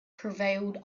prevailed